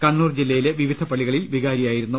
കണ്ണൂർ ജില്ലയിലെ വിവിധ പള്ളികളിൽ വികാരി ആയിരുന്നു